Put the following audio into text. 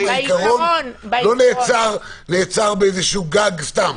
האם העיקרון לא נעצר בגג סתם?